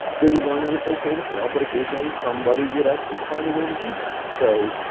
they would learn that it's okay to fail, but occasionally, somebody would actually find a way to do that. so,